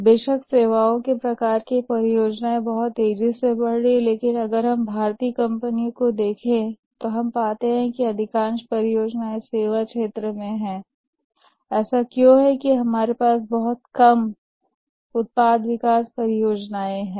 बेशक सेवाओं के प्रकार की परियोजनाएं बहुत तेजी से बढ़ रही हैं लेकिन अगर हम भारतीय कंपनियों को देखें यहाँ हम पाते हैं कि अधिकांश परियोजनाएँ सेवा क्षेत्र में हैं ऐसा क्यों है कि हमारे पास बहुत कम उत्पाद विकास परियोजनाएं हैं